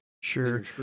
Sure